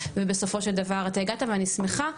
ובסופו של דבר אתה הגעת ואני שמחה,